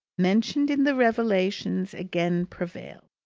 mentioned in the revelations, again prevails.